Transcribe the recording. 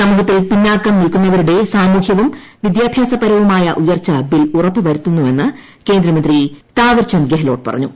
സമൂഹത്തിൽ പിന്നാക്കം നിൽക്കുന്നവരുടെ സാമൂഹൃവും വിദ്യാഭ്യാസപരവുമായ ഉയർച്ച ബിൽ ഉറപ്പു വരുത്തുന്നുവെന്ന് കേന്ദ്രമന്ത്രി താവർചന്ദ് ഗഹ്ലോട്ട് പറഞ്ഞു